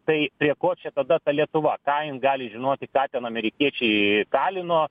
tai prie ko čia tada ta lietuva ką jin gali žinoti ką ten amerikiečiai kalino